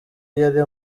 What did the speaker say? yari